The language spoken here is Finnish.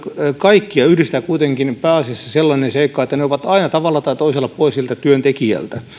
kaikkia kuitenkin yhdistää pääasiassa sellainen seikka että ne ovat aina tavalla tai toisella pois työntekijältä